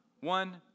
one